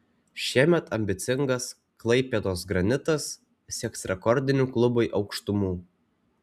šiemet ambicingas klaipėdos granitas sieks rekordinių klubui aukštumų